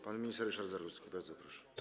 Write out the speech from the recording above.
Pan minister Ryszard Zarudzki, bardzo proszę.